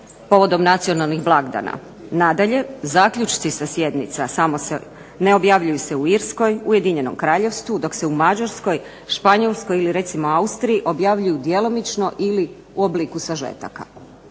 povodom nacionalnih blagdana. Nadalje, zaključci sa sjednica samo se ne objavljuju u Irskoj, u Ujedinjenom Kraljevstvu, dok se u Mađarskoj, Španjolskoj ili recimo Austriji objavljuju djelomično ili u obliku sažetaka.